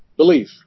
Belief